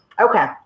okay